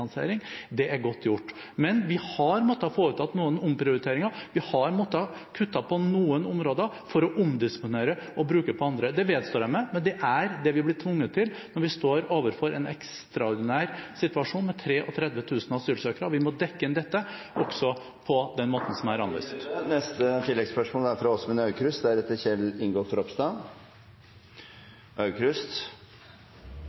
det er godt gjort. Men vi har måttet foreta noen omprioriteringer, vi har måttet kutte på noen områder for å omdisponere og bruke på andre. Det vedstår jeg meg, men det er det vi er blitt tvunget til når vi står overfor en ekstraordinær situasjon med 33 000 asylsøkere. Vi må dekke inn dette også på den måten som … Da er tiden ute. Åsmund Aukrust